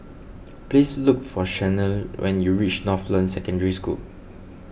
please look for Shanelle when you reach Northland Secondary School